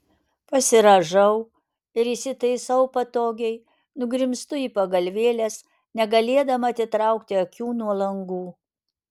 pasirąžau ir įsitaisau patogiai nugrimztu į pagalvėles negalėdama atitraukti akių nuo langų